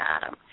Adam